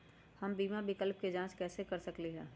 हम बीमा विकल्प के जाँच कैसे कर सकली ह?